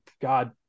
God